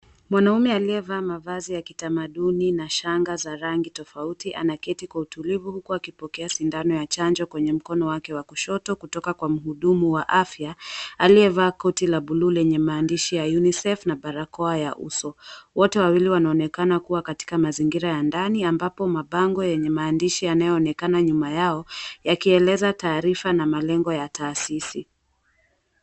Mwanaume aliyevaa mavazi ya kitamaduni na shanga za rangi tofauti anaketi kwa utulivu huku akipokea sindano ya chanjo kwenye mkono wake wa kushoto kutoka kwa mhudumu wa afya aliyevaa koti la bluu lenye maandishi ya Unisafe na barakoa ya uso wote wawili wanaonekana kuwa katika mazingira ya ndani ambapo mabango yenye maandishi yanayoonekana nyuma yao yakieleza taarifa na malengo ya taasisi.